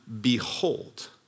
behold